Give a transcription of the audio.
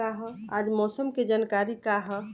आज मौसम के जानकारी का ह?